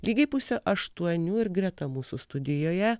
lygiai pusė aštuonių ir greta mūsų studijoje